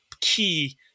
key